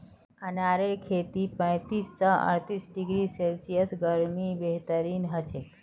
अनारेर खेती पैंतीस स अर्तीस डिग्री सेल्सियस गर्मीत बेहतरीन हछेक